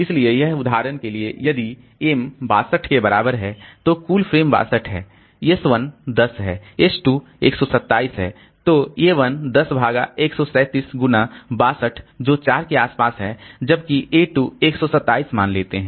इसलिए यह उदाहरण के लिए यदि m 62 के बराबर है तो कुल फ्रेम 62 है s 1 10 है s 2 127 है तो a 1 10 भागा 137 गुना 62 जो 4 के आसपास है जबकि a 2 127 मान लेते हैं